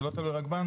זה לא תלוי רק בנו,